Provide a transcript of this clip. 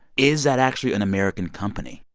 is that actually an american company?